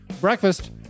breakfast